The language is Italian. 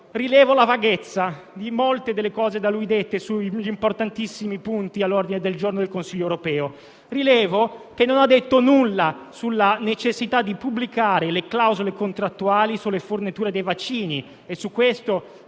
rilevo la vaghezza di molte delle cose da lui dette sugli importantissimi punti all'ordine del giorno del Consiglio europeo. Rilevo che non ha detto nulla sulla necessità di pubblicare le clausole contrattuali sulle forniture dei vaccini e su questo